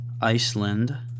Iceland